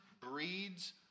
breeds